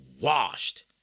washed